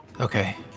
Okay